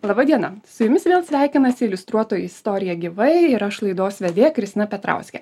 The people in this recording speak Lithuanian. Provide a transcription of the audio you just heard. laba diena su jumis vėl sveikinasi iliustruotoji istorija gyvai ir aš laidos vedėja kristina petrauskė